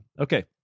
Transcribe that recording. okay